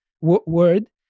word